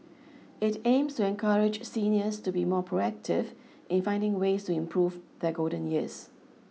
it aims to encourage seniors to be more proactive in finding ways to improve their golden years